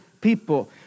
people